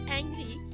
angry